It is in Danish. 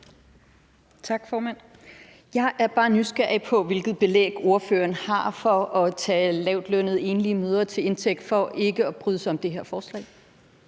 Jeg er bare nysgerrig på, hvilket belæg ordføreren har for at tage lavtlønnede enlige mødre til indtægt for ikke at bryde sig om det her forslag.